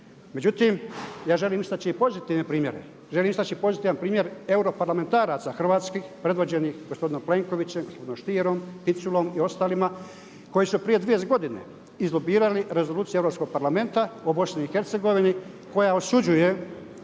Međutim, ja želim istači i pozitivne primjere. Želim istači pozitivan primjer europarlamentaraca hrvatskih predvođenih gospodinom Plenkovićem, gospodinom Stierom, Piculom i ostalima koji su prije 30 godina izlobirali Rezoluciju Europskog parlamenta o Bosni